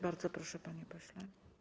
Bardzo proszę, panie pośle.